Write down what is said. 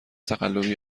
تقلبی